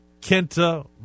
Kenta